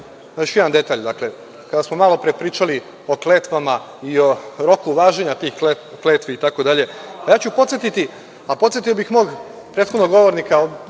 još jedan detalj. Kada smo malo pre pričali o kletvama i o roku važenja tih kletvi i tako dalje. Podsetiću, a podsetio bi mog prethodnog govornika…